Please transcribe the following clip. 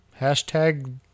hashtag